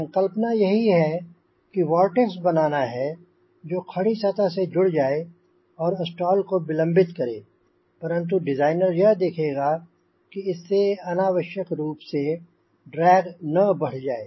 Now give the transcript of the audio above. संकल्पना यही है एक वोर्टेक्स बनाना है जो खड़ी सतह से जुड़ जाए और स्टॉल को विलंबित करें परंतु डिज़ाइनर यह देखेगा कि इससे अनावश्यक रूप से ड्रैग न बढ़ जाए